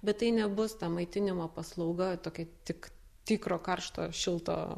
bet tai nebus ta maitinimo paslauga tokia tik tikro karšto šilto